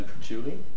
Julie